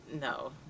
no